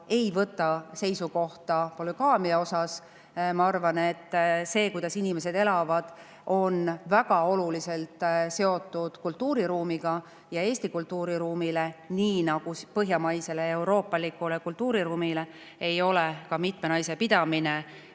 ei võta seisukohta polügaamia kohta. Ma arvan, et see, kuidas inimesed elavad, on väga oluliselt seotud kultuuriruumiga ja Eesti kultuuriruumile, nii nagu põhjamaisele euroopalikule kultuuriruumile, ei ole mitmenaisepidamine